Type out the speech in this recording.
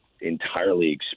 entirely